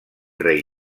rei